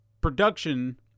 production